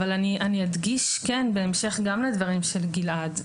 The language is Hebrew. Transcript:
אני אדגיש כן בהמשך גם לדברים של גלעד,